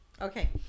okay